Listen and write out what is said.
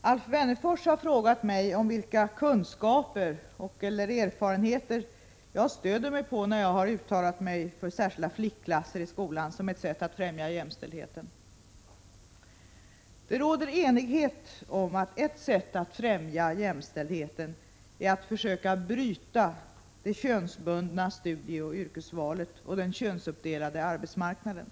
Alf Wennerfors har frågat mig om vilka kunskaper och/eller erfarenheter jag stöder mig på när jag uttalat mig för särskilda flickklasser i skolan som ett sätt att främja jämställdhet. Det råder enighet om att ett sätt att främja jämställdheten är att försöka bryta det könsbundna studieoch yrkesvalet och den könsuppdelade arbetsmarknaden.